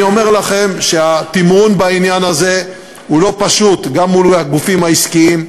אני אומר לכם שהתמרון בעניין הזה הוא לא פשוט גם מול הגופים העסקיים,